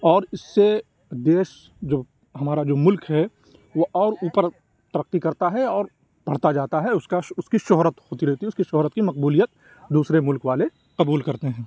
اور اس سے دیش جو ہمارا جو ملک ہے وہ اور اوپر ترقی کرتا ہے اور بڑھتا جاتا ہے اس کا اس کی شہرت ہوتی رہتی ہے اس کی شہرت کی مقبولیت دوسرے ملک والے قبول کرتے ہیں